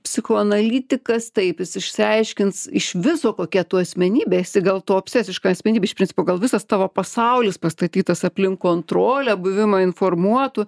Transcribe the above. psichoanalitikas taip jis išsiaiškins iš viso kokia tu asmenybėesi gal tu obsesiška asmenybė iš principo gal visas tavo pasaulis pastatytas aplink kontrolę buvimą informuotu